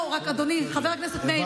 אדוני חבר הכנסת מאיר,